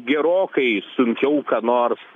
gerokai sunkiau ką nors